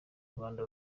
rwanda